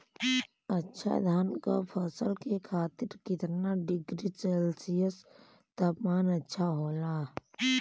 अच्छा धान क फसल के खातीर कितना डिग्री सेल्सीयस तापमान अच्छा होला?